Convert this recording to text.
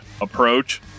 approach